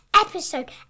episode